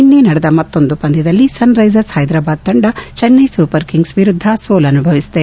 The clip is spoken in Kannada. ನಿನ್ನೆ ನಡೆದ ಮತ್ತೊಂದು ಪಂದ್ಯದಲ್ಲಿ ಸನ್ ರೈಸರ್ಸ್ ಹೈದರಾಬಾದ್ ತಂಡ ಜೆನ್ನೈ ಸೂಪರ್ ಕಿಂಗ್ಸ್ ವಿರುದ್ಧ ಸೋಲನುಭವಿಸಿದೆ